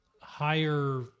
higher